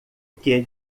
que